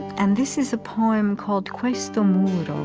and this is a poem called questo muro.